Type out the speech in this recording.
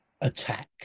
attack